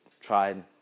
tried